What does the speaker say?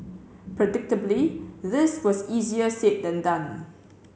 predictably this was easier said than done